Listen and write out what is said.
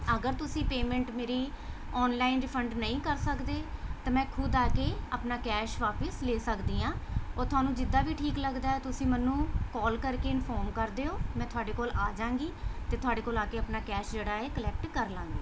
ਅਗਰ ਤੁਸੀਂ ਪੇਮੈਂਟ ਮੇਰੀ ਔਨਲਾਈਨ ਰਿਫੰਡ ਨਹੀਂ ਕਰ ਸਕਦੇ ਤਾਂ ਮੈਂ ਖੁਦ ਆ ਕੇ ਆਪਣਾ ਕੈਸ਼ ਵਾਪਿਸ ਲੈ ਸਕਦੀ ਹਾਂ ਉਹ ਤੁਹਾਨੂੰ ਜਿੱਦਾਂ ਵੀ ਠੀਕ ਲੱਗਦਾ ਤੁਸੀਂ ਮੈਨੂੰ ਕੋਲ ਕਰਕੇ ਇਨਫੋਰਮ ਕਰ ਦਿਓ ਮੈਂ ਤੁਹਾਡੇ ਕੋਲ ਆ ਜਾਵਾਂਗੀ ਅਤੇ ਤੁਹਾਡੇ ਕੋਲ ਆ ਕੇ ਆਪਣਾ ਕੈਸ਼ ਜਿਹੜਾ ਏ ਕਲੈਕਟ ਕਰ ਲਵਾਂਗੀ